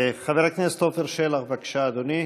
חבר הכנסת עפר שלח, בבקשה, אדוני,